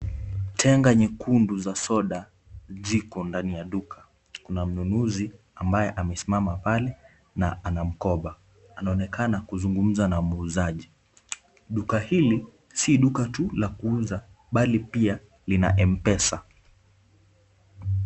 Tenga nyekundu za soda ziko ndani ya duka. Kuna mnunuzi ambaye amesimama pale na ana mkoba, anaonekana kuzungumza na muuzaji. Duka hili si duka tu la kuuza, bali pia lina M-Pesa.